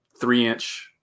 three-inch